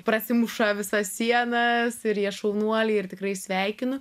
prasimuša visą sieną ir jie šaunuoliai ir tikrai sveikinu